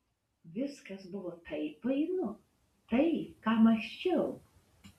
viskas buvo taip painu tai ką mąsčiau